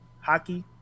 hockey